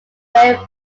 very